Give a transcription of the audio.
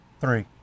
Three